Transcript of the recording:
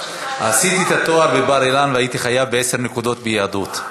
עשיתי את התואר בבר-אילן והייתי חייב בעשר נקודות ביהדות.